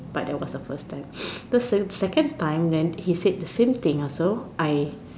but that was the first time so second time then he said the same thing also I